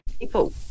people